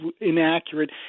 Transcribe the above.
inaccurate